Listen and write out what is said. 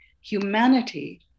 humanity